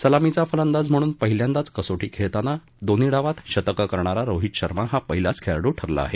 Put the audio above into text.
सलामीचा फलंदाज म्हणून पहिल्यांदाच कसोटी खेळताना दोन्ही डावात शतकं करणारा रोहित शर्मा हा पहिलाच खेळाडू ठरला आहे